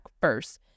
first